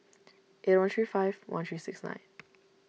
eight one three five one three six nine